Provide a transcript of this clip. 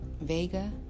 Vega